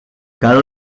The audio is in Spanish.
cada